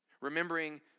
Remembering